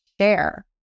share